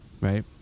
right